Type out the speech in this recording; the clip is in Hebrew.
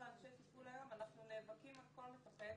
לאנשי טיפול היום ואנחנו נאבקים על כל מטפל,